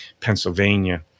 Pennsylvania